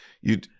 you-